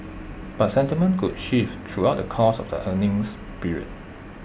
but sentiment could shift throughout the course of the earnings period